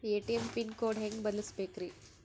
ATM pin code ಹೆಂಗ್ ಬದಲ್ಸ್ಬೇಕ್ರಿ?